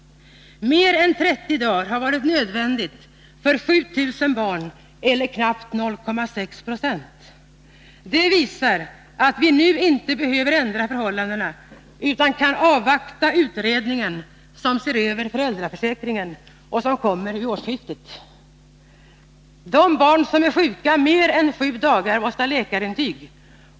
Mer än 30 dagar har varit nödvändigt för 7 000 barn eller knappt 0,6 70. Detta visar att vi nu inte behöver ändra något utan kan avvakta resultatet av den utredning som ser över föräldraförsäkringen. Det kommer vid årsskiftet. För de barn som är sjuka mer än sju dagar måste det finnas läkarintyg.